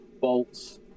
bolts